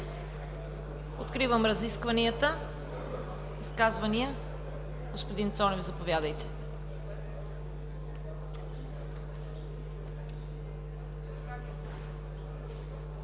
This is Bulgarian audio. Откривам разискванията. Изказвания? Господин Цонев – заповядайте.